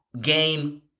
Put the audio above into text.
Game